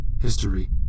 History